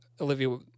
Olivia